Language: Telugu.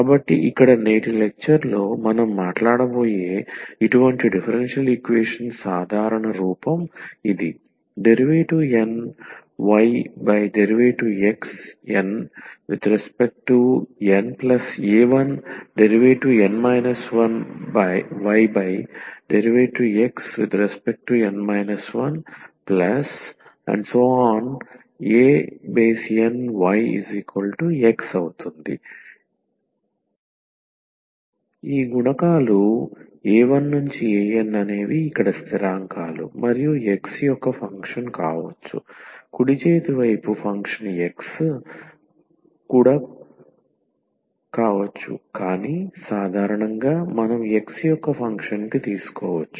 కాబట్టి ఇక్కడ నేటి లెక్చర్ లో మనం మాట్లాడబోయే ఇటువంటి డిఫరెన్షియల్ ఈక్వేషన్స్ సాధారణ రూపం ఇది dnydxna1dn 1ydxn 1anyX ఈ గుణకాలు a1a2an అవి ఇక్కడ స్థిరాంకాలు మరియు X యొక్క ఫంక్షన్ కావచ్చు కుడి చేతి వైపు ఫంక్షన్ X కానీ సాధారణంగా మనం x యొక్క ఫంక్షన్ గా తీసుకోవచ్చు